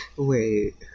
Wait